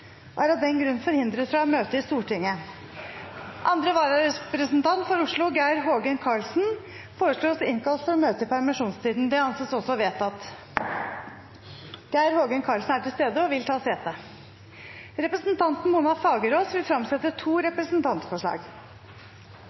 og er av den grunn forhindret fra å møte i Stortinget. Andre vararepresentant for Oslo, Geir Hågen Karlsen , innkalles for å møte i permisjonstiden. – Det anses vedtatt. Geir Hågen Karlsen er til stede og vil ta sete. Representanten Mona Fagerås vil fremsette to representantforslag.